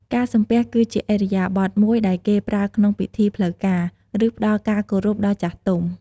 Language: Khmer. ការសំពះ គឺជាឥរិយាបថមួយដែលគេប្រើក្នុងពិធីផ្លូវការ ឬ ផ្តល់ការគោរពដល់ចាស់ទុំ។